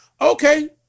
Okay